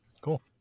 Cool